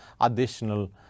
additional